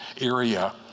area